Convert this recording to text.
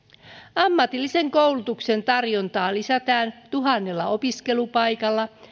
ammatillisen koulutuksen tarjontaa lisätään tuhannella opiskelupaikalla